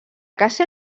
caça